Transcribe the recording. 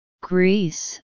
Greece